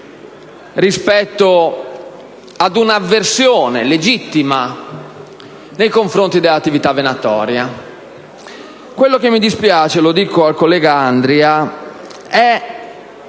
cioè un'avversione, legittima, nei confronti dell'attività venatoria. Quello che mi dispiace - mi rivolgo al collega Andria -